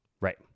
Right